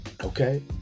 Okay